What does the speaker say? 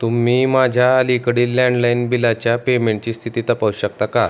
तुम्ही माझ्या अलीकडील लँडलाईन बिलाच्या पेमेंटची स्थिती तपासू शकता का